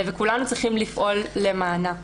וכולנו צריכים לפעול למענה.